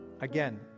Again